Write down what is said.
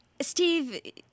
Steve